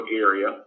area